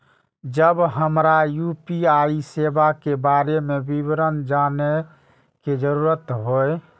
जब हमरा यू.पी.आई सेवा के बारे में विवरण जानय के जरुरत होय?